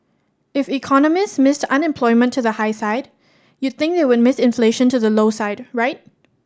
if economists missed unemployment to the high side you'd think they would miss inflation to the low side right